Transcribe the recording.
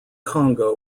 congo